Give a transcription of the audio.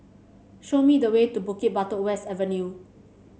show me the way to Bukit Batok West Avenue